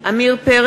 מצביע יואל